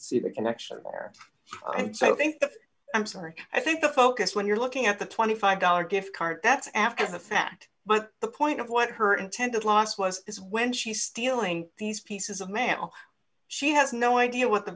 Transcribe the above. see the connection there and so i think i'm sorry i think the focus when you're looking at the twenty five dollars gift card that's after the fact but the point of what her intended loss was is when she's stealing these pieces of mantle she has no idea what the